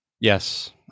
Yes